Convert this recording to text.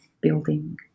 building